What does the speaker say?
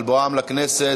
על בואם לכנסת.